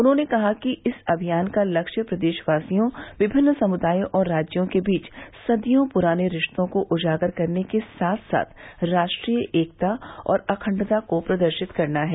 उन्होंने कहा कि इस अभियान का लक्ष्य प्रर्देशवासियों विभिन्न समुदायों और राज्यों के बीच सदियों पुराने रिश्तों को उजागर करने के साथ साथ राष्ट्रीय एकता और अखंडता को प्रदर्शित करना है